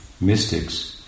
mystics